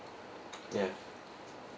ya